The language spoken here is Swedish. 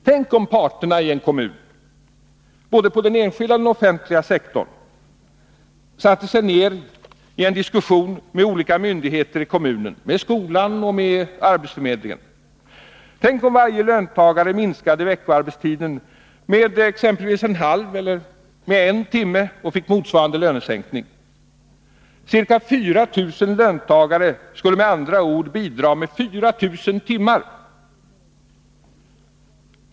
Tänk om parterna i kommunen, både på den enskilda och inom den offentliga sektorn, satte sig ner i en diskussion med olika myndigheter i kommunen, med skolan och arbetsförmedlingen. Tänk om varje löntagare minskade veckoarbetstiden med exempelvis en halv eller en hel timme och fick motsvarande lönesänkning. Ca 4 000 löntagare skulle med andra ord bidra med 4000 timmar.